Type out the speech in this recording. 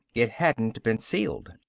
it hadn't been sealed.